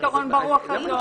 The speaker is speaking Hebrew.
פתרון ברוח הזאת.